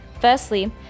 firstly